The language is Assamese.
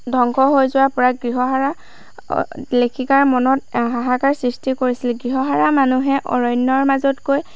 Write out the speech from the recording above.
ধ্বংস হৈ যোৱাৰ পৰা গৃহহাৰা লেখিকাৰ মনত হাহাকাৰ সৃষ্টি কৰিছিল গৃহহাৰা মানুহে অৰণ্যৰ মাজত গৈ